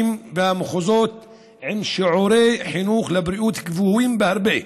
והמחוזות עם שיעורי חינוך לבריאות גבוהים בהרבה,